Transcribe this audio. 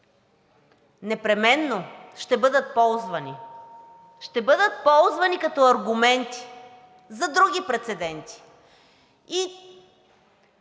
непременно ще бъдат ползвани. Ще бъдат ползвани като аргументи за други прецеденти –